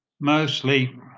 Mostly